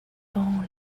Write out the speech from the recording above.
dans